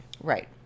Right